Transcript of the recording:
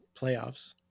playoffs